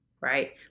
right